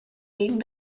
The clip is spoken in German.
gegen